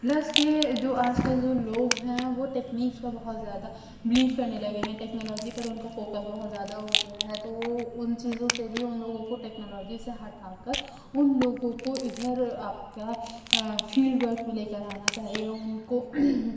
plus کہ جو آج کل جو لوگ ہیں وہ تیکنک پہ بہت زیادہ بیلیو کرنے لگے ہیں ٹیکنالوجی پر ان کا فوکس بہت زیادہ ہو گیا ہے تو وہ ان چیزوں سے بھی ان لوگوں کو ٹکنالوجی سے ہٹا کر ان لوگوں کو ادھر آپ کا فیلڈ ورک میں لے کر آنا چاہیے ان کو